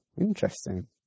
interesting